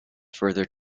further